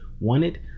wanted